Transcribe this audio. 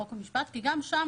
חוק ומשפט כי גם שם